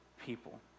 people